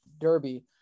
derby